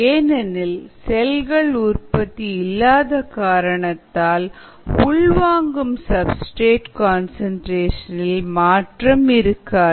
ஏனெனில் செல்களின் உற்பத்தி இல்லாத காரணத்தால் உள்வாங்கும் சப்ஸ்டிரேட் கன்சன்ட்ரேஷன் இல் மாற்றம் இருக்காது